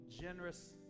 Generous